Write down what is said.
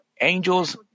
angels